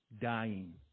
dying